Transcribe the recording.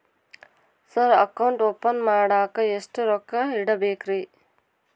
Sir account open ಮಾಡಾಕ ಎಷ್ಟು ರೊಕ್ಕ ಇಡಬೇಕ್ರಿ?